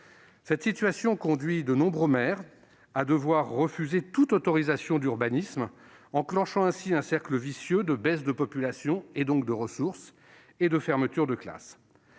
Cette situation conduit de nombreux maires à refuser toute autorisation d'urbanisme, enclenchant ainsi un cercle vicieux de baisse de population- et donc de ressources -et de fermeture des classes.